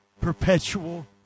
Perpetual